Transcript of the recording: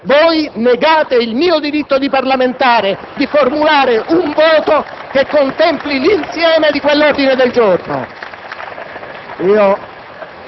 e che riguarda i miei diritti di parlamentare. Sono qui, in quest'Aula; condivido un ordine del giorno